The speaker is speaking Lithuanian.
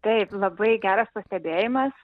taip labai geras pastebėjimas